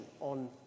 on